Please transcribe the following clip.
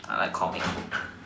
I like comic books